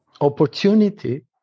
opportunity